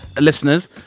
listeners